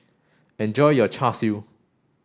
enjoy your Char Siu